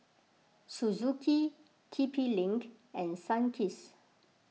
Suzuki T P link and Sunkist